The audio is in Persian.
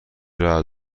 رعد